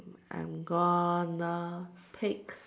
I'm gonna take